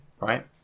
Right